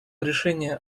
решение